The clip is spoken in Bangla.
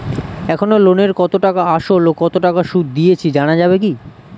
এখনো লোনের কত টাকা আসল ও কত টাকা সুদ দিয়েছি জানা যাবে কি?